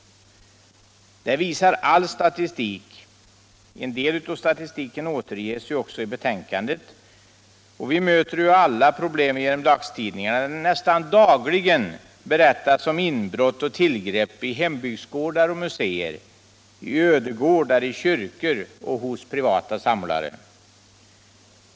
Det visar all statistik. En del av statistiken återges också i betänkandet. Vi möter alla nästan dagligen detta problem i dagstidningarna, där det berättas om inbrott och tillgrepp i hembygdsgårdar, i museer, i ödegårdar, i kyrkor och hos privata samlare.